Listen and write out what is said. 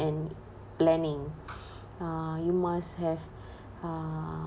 and planning uh you must have uh